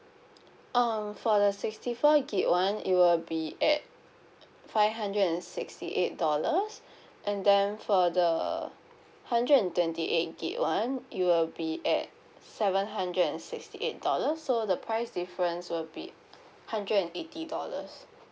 um for the sixty four gig one it will be at five hundred and sixty eight dollars and then for the hundred and twenty eight gig one it will be at seven hundred and sixty eight dollars so the price difference will be hundred and eighty dollars